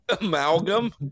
Amalgam